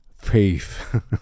faith